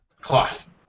cloth